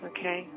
Okay